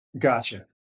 Gotcha